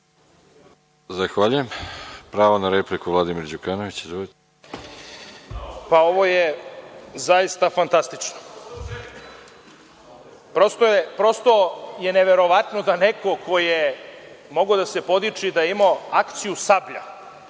Đukanović, pravo na repliku. **Vladimir Đukanović** Ovo je zaista fantastično. Prosto je neverovatno da neko ko je mogao da se podiči da je imao akciju „Sablja“